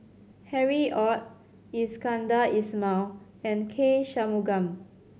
Harry Ord Iskandar Ismail and K Shanmugam